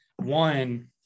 One